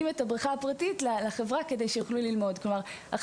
את הבריכה הפרטית לחברה כדי שיוכלו ללמוד.